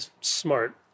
smart